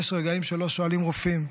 יש רגעים שלא שואלים רופאים,